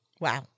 Wow